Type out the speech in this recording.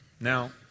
Now